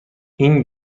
این